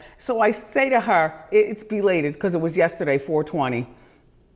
so i say to her, it's belated cause it was yesterday, four twenty,